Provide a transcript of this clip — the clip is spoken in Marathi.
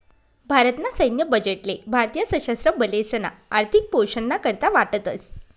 भारत ना सैन्य बजेट ले भारतीय सशस्त्र बलेसना आर्थिक पोषण ना करता वाटतस